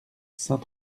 saint